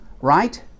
right